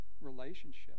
relationship